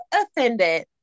offended